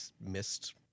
missed